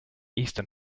eastern